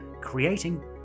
creating